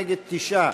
נגד, 9,